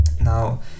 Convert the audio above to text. Now